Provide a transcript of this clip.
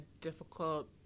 difficult